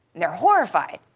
they're horrified.